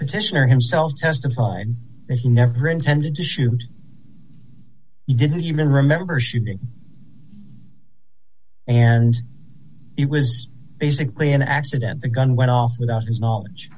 retention or himself testified that he never intended to shoot he didn't even remember shooting and it was basically an accident the gun went off without his knowledge